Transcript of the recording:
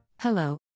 Hello